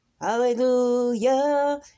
Hallelujah